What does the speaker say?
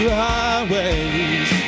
highways